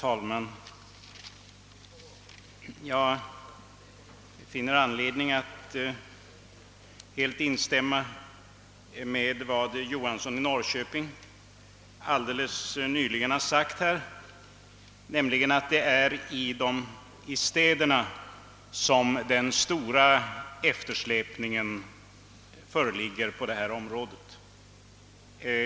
Herr talman! Jag kan helt instämma i vad herr Johansson i Norrköping sade, nämligen att det är städernas trafikleder som är mest eftersatta.